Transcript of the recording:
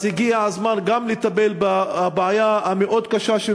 אז הגיע הזמן גם לטפל בבעיה הקשה מאוד